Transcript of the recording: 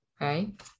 right